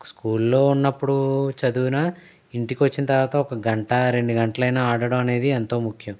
school లో ఉన్నప్పుడు చదివిన ఇంటికి వచ్చిన తర్వాత ఒక గంట రెండు గంటలైన ఆడటం అనేది ఎంతో ముఖ్యం